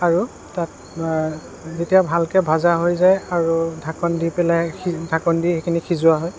আৰু তাত যেতিয়া ভালকৈ ভজা হৈ যায় আৰু ঢাকন দি পেলাই সি ঢাকন দি সেইখিনি সিজোৱা হয়